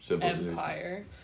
Empire